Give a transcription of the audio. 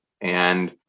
and-